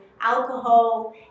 alcohol